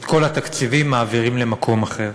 את כל התקציבים מעבירים למקום אחר.